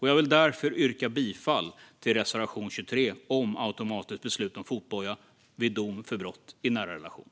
Jag vill därför yrka bifall till reservation 23 om automatiskt beslut om fotboja vid dom för brott i nära relation.